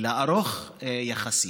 אלא ארוך יחסית,